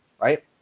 Right